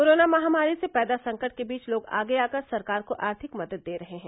corona महामारी से पैदा संकट के बीच लोग आगे आकर सरकार को आर्थिक मदद दे रहे हैं